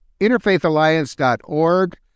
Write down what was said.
interfaithalliance.org